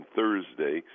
Thursday